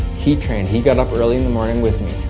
he trained. he got up early in the morning with